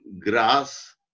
grass